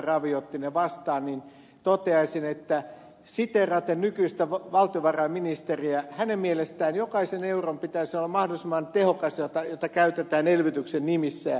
ravi otti ne vastaan toteaisin siteeraten nykyistä valtiovarainministeriä kun hänen mielestään jokaisen euron pitäisi olla mahdollisimman tehokas jota käytetään elvytyksen nimissä